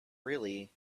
really